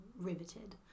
riveted